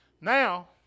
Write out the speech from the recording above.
Now